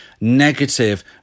negative